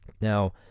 Now